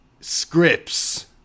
Scripts